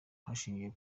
hashingiwe